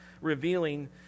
revealing